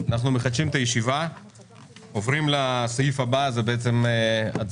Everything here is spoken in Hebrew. אנחנו מחדשים את הישיבה ועוברים לסעיף הבא הצבעות